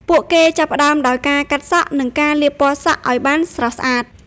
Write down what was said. ពួកគេចាប់ផ្ដើមដោយ ការកាត់សក់ និង ការលាបពណ៌សក់ ឱ្យបានស្រស់ស្អាត។